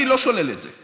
אני לא שולל את זה.